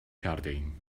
کردهایم